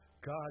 God